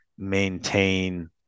maintain